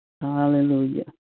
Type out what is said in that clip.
Hallelujah